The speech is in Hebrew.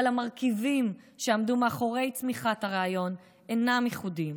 אבל המרכיבים שעמדו מאחורי צמיחת הרעיון אינם ייחודיים,